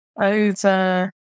over